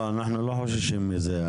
אנחנו לא חוששים מזה.